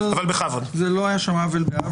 לא היה שם עוול בעוול.